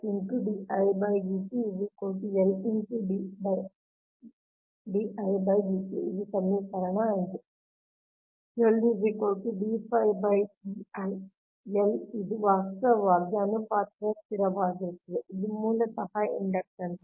ಇದು ಸಮೀಕರಣ 5 L ಇದು ವಾಸ್ತವವಾಗಿ ಅನುಪಾತದ ಸ್ಥಿರವಾಗಿರುತ್ತದೆ ಇದು ಮೂಲತಃ ಇಂಡಕ್ಟನ್ಸ್